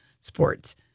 sports